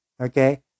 okay